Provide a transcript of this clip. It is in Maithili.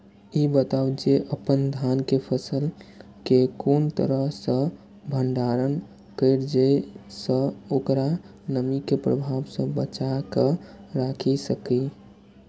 ई बताऊ जे अपन धान के फसल केय कोन तरह सं भंडारण करि जेय सं ओकरा नमी के प्रभाव सं बचा कय राखि सकी?